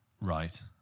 Right